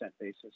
basis